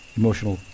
emotional